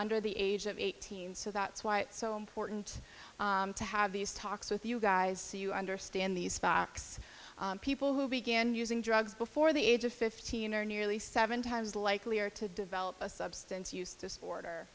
under the age of eighteen so that's why it's so important to have these talks with you guys so you understand these spock's people who began using drugs before the age of fifteen are nearly seven times likelier to develop a substance use disorder